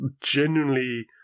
genuinely